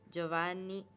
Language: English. Giovanni